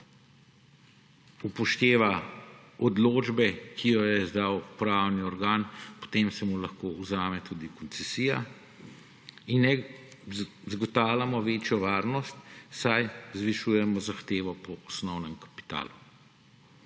upošteva odločbe, ki jo je izdal pravni organ, se mu lahko vzame koncesija. Zagotavljamo večjo varnost, saj zvišujemo zahtevo po osnovnem kapitalu.